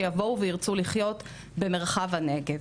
שיבואו וירצו לחיות במרחב הנגב.